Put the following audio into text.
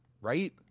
right